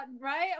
right